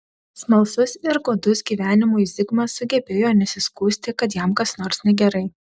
smalsus ir godus gyvenimui zigmas sugebėjo nesiskųsti kad jam kas nors negerai